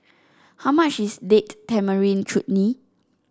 how much is Date Tamarind Chutney